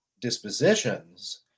dispositions